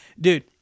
Dude